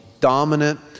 dominant